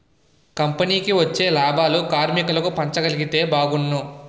కంపెనీకి వచ్చిన లాభాలను కార్మికులకు పంచగలిగితే బాగున్ను